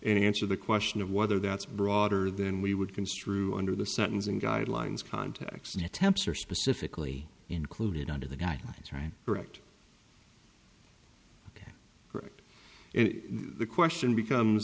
answer the question of whether that's broader than we would construe under the sentencing guidelines context in attempts are specifically included under the guidelines right correct correct and the question becomes